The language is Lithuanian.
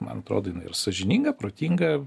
man atrodo jinai ir sąžininga protinga